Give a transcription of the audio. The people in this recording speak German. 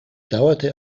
dauerte